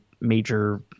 major